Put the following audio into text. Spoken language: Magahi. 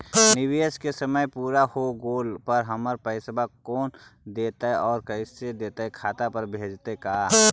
निवेश के समय पुरा हो गेला पर हमर पैसबा कोन देतै और कैसे देतै खाता पर भेजतै का?